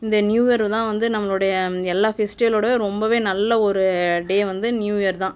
இந்த நியூயர்தான் வந்து நம்ளுடைய எல்லா ஃபெஸ்ட்டிவலோட ரொம்பவே நல்ல ஒரு டே வந்து நியூயர்தான்